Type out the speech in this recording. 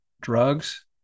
drugs